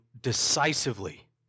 decisively